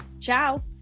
Ciao